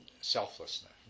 selflessness